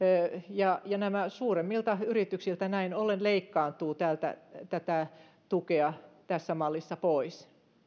ja ja suuremmilta yrityksiltä näin ollen leikkaantuu tätä tukea tässä mallissa pois